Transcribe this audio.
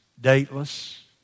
dateless